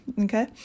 okay